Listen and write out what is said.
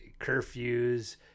curfews